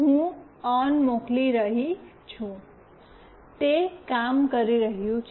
હું ઓન મોકલી રહી છું તે કામ કરી રહ્યું છે